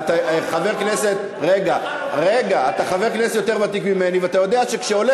אתה חבר כנסת יותר ותיק ממני ואתה יודע שכשעולה